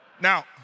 Now